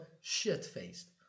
shit-faced